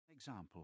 Example